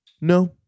No